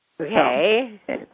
Okay